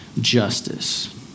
justice